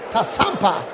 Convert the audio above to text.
Tasampa